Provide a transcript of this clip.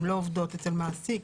הן לא עובדות אצל מעסיק.